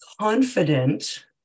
confident